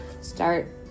start